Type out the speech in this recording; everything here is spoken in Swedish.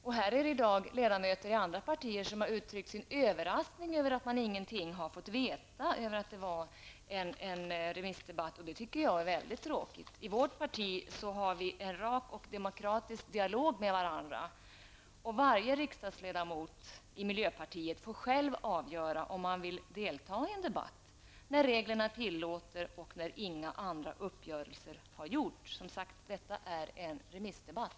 I dag har ledamöter från andra partier uttryckt sin överraskning över att man inte fått veta att det skulle bli en remissdebatt. Det tycker jag är väldigt tråkigt. I vårt parti har vi en rak och demokratisk dialog med varandra. Varje riksdagsledamot i miljöpartiet får själv avgöra om han vill delta i en debatt när reglerna det tillåter och inga andra uppgörelser har träffats. Som sagt: Detta är en remissdebatt.